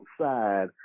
outside